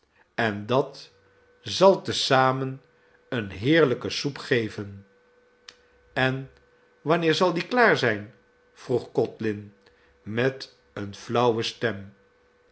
en dat zal te zamen eene heerlijke soep geven en wanneer zal die klaar zijn vroeg codlin met eene flauwe stem